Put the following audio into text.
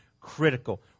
critical